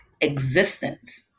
existence